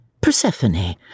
Persephone